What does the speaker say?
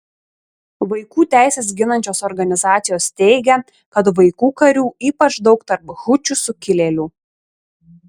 vaikų teises ginančios organizacijos teigia kad vaikų karių ypač daug tarp hučių sukilėlių